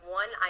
one